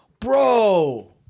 Bro